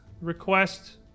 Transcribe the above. request